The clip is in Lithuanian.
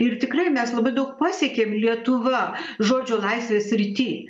ir tikrai mes labai daug pasiekėm lietuva žodžio laisvės srity